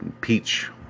peach